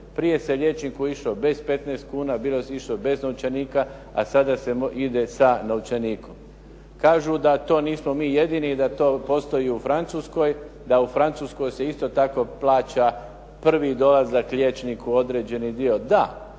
Prije se liječniku išlo bez 15 kuna, bilo se išlo bez novčanika, a sada se ide sa novčanikom. Kažu da to nismo jedini i da to postoji u Francuskoj, da u Francuskoj se isto tako plaća prvi dolazak liječniku. Određeni dio da.